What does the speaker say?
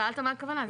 שאלת מה הכוונה.